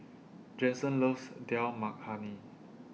Jensen loves Dal Makhani